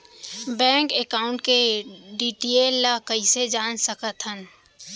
Bank account के detail ल कइसे जान सकथन?